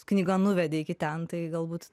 knyga nuvedė iki ten tai galbūt